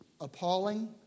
appalling